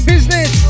Business